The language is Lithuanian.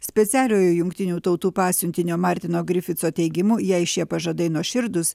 specialiojo jungtinių tautų pasiuntinio martino grifito teigimu jei šie pažadai nuoširdūs